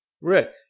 Rick